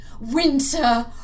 winter